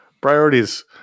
Priorities